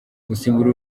gusimbura